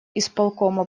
исполкома